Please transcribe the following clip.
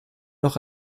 noch